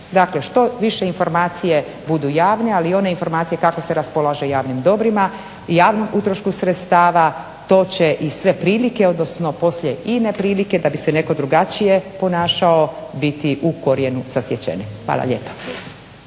Dakle, što više informacije budu javne, ali one informacije kako se raspolaže javnim dobrima, javnom utrošku sredstava to će i sve prilike, odnosno poslije i neprilike da bi se netko drugačije ponašao biti u korijenu sasječeni. Hvala lijepa.